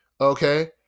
Okay